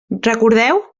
recordeu